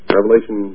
Revelation